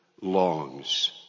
longs